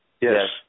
Yes